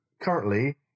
Currently